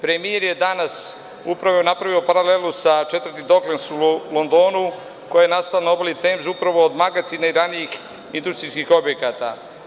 Premijer je danas upravo napravio paralelu sa četvrti Doklends u Londonu koja je nastala na obali Temze upravo od magacina i od ranijih industrijskih objekata.